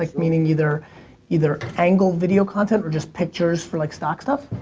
like meaning either either angle-video content, or just pictures for like stock stuff?